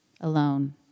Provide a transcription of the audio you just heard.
Alone